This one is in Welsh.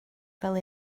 fel